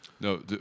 No